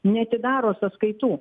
neatidaro sąskaitų